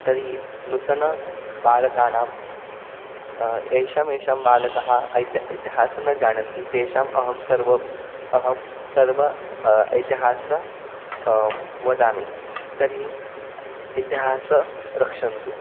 तर्हि नूतनबालकानाम् येषां बालकः ऐत् इतिहासः न जानन्ति तेषाम् अहं सर्व अहं सर्व ऐतिहासं वदामि तर्हि इतिहासं रक्षन्तु